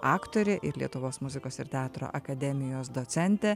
aktorė ir lietuvos muzikos ir teatro akademijos docentė